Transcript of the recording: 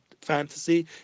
fantasy